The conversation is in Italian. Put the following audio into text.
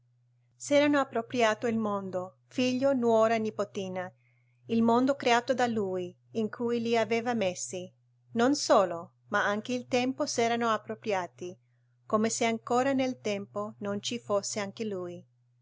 cosa s'erano appropriato il mondo figlio nuora nipotina il mondo creato da lui in cui li aveva messi non solo ma anche il tempo s'erano appropriati come se ancora nel tempo non ci fosse anche lui